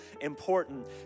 important